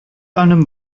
einem